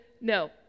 no